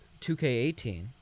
2K18